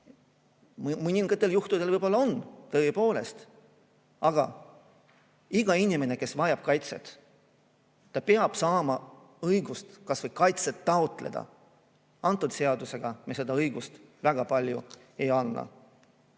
Mõningatel juhtudel võib-olla on tõepoolest, aga iga inimene, kes vajab kaitset, peab saama õiguse kas või kaitset taotleda. Selle seadusega me seda õigust väga palju ei anna. Meie